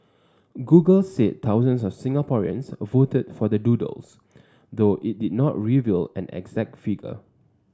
Google said thousands of Singaporeans voted for the doodles though it did not reveal an exact figure